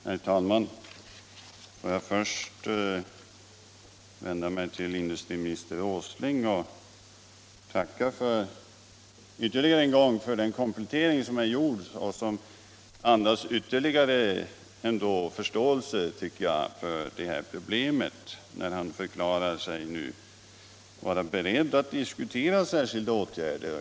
Herr talman! Får jag först vända mig till industriminister Åsling och tacka för det kompletterande svaret, som andas mera förståelse för detta problem eftersom statsrådet nu förklarar sig beredd att diskutera särskilda åtgärder.